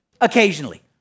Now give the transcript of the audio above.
occasionally